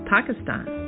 Pakistan